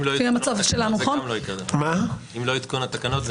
אם לא עדכון התקנות,